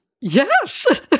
yes